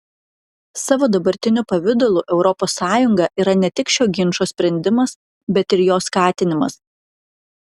savo dabartiniu pavidalu europos sąjunga yra ne tik šio ginčo sprendimas bet ir jo skatinimas